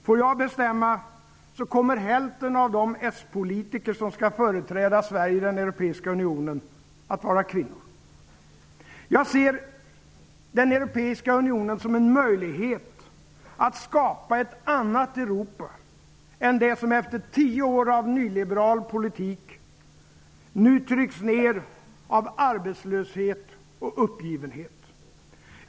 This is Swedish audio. Om jag får bestämma, kommer hälften av de spolitiker som skall företräda Sverige i Europeiska unionen att vara kvinnor. Jag ser Europeiska unionen som en möjlighet att skapa ett annat Europa än det som efter 10 år av nyliberal politik nu trycks ned av arbetslöshet och uppgivenhet.